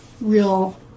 real